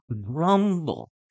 grumble